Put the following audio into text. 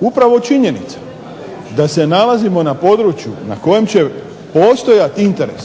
Upravo činjenica da se nalazimo na području na kojem će postojati interes